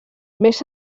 més